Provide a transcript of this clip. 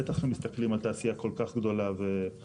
בטח אם מסתכלים על תעשיה כל כך גדולה ורחבה.